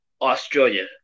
Australia